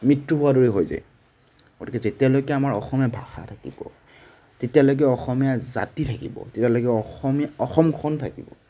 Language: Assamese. মৃত্যু হোৱাৰ দৰে হৈ যায় গতিকে যেতিয়ালৈকে আমাৰ অসমীয়া ভাষা থাকিব তেতিয়ালৈকে অসমীয়া জাতি থাকিব তেতিয়ালৈকে অসমীয়া অসমখন থাকিব